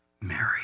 Mary